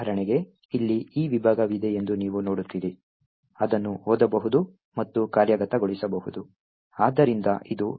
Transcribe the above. ಉದಾಹರಣೆಗೆ ಇಲ್ಲಿ ಈ ವಿಭಾಗವಿದೆ ಎಂದು ನೀವು ನೋಡುತ್ತೀರಿ ಅದನ್ನು ಓದಬಹುದು ಮತ್ತು ಕಾರ್ಯಗತಗೊಳಿಸಬಹುದು ಆದ್ದರಿಂದ ಇದು